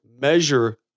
measure